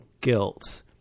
guilt